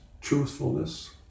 truthfulness